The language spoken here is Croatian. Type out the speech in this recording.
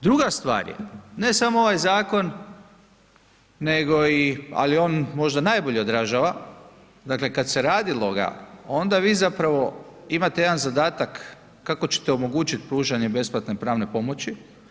Druga stvar je ne samo ovaj zakon, nego i ali on možda najbolje odražava dakle kada se radilo ga onda vi zapravo imate jedan zadatak kako ćete omogućiti pružanje besplatne pravne pomoći.